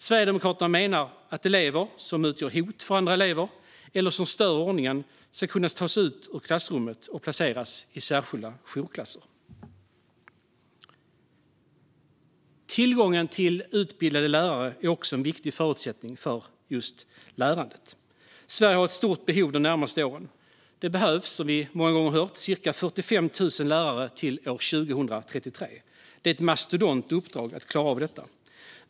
Sverigedemokraterna menar att elever som utgör hot för andra elever eller som stör ordningen ska kunna tas ut ur klassrummet och placeras i särskilda jourklasser. Tillgång till utbildade lärare är också en viktig förutsättning för lärandet. Sverige har ett stort behov de närmaste åren. Det behövs - det har vi hört många gånger - cirka 45 000 lärare till år 2033. Det är ett mastodontuppdrag att klara av detta.